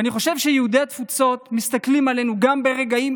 אני חושב שיהודי התפוצות מסתכלים עלינו גם ברגעים